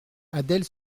adèle